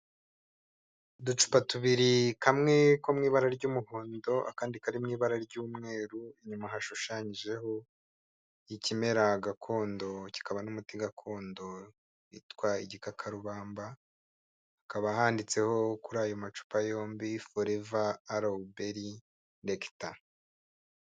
Uducupa tubiri kamwe ko mu ibara ry'umohondo akandi kari mu ibara ry'umeru. Inyuma hashushanyijeho ikimera gakondo kikaba n'umuti gakondo kitwa igikakarubamba, hakaba handitseho kuri ayo macupa yombi foreva arowu beri negita.